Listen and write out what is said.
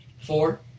Four